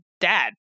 dad